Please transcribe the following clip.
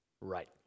Right